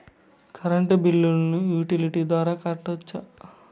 Current బిల్లును utility ద్వారా కట్టొచ్చా?